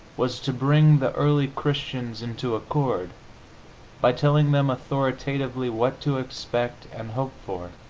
was to bring the early christians into accord by telling them authoritatively what to expect and hope for